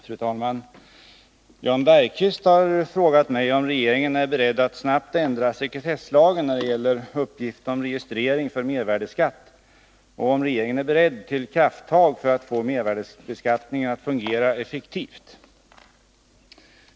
Fru talman! Jan Bergqvist har frågat mig om regeringen är beredd att snabbt ändra sekretesslagen när det gäller uppgift om registrering för mervärdeskatt och om regeringen är beredd till krafttag för att få mervärdebeskattningen att fungera effektivt.